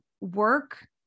work